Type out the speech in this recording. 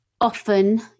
often